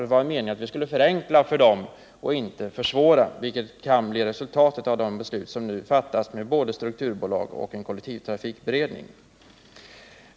Det var ju meningen att vi skulle förenkla för dem och inte försvåra, vilket kan bli resultatet av de beslut som nu fattas med både strukturbolag och en kollektivtrafikberedning.